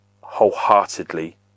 wholeheartedly